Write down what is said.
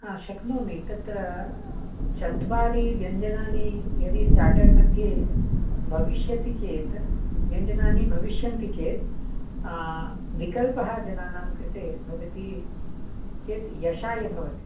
हा शक्नोमि तत्र चत्वारि व्यञ्जनानि यदि स्टार्टर् मध्ये भविष्यति चेत् व्यञ्जनानि भविष्यन्ति चेत् विकल्पः जनानां कृते भवति चेत् यशाय भवति